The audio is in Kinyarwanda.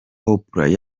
oprah